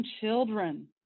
children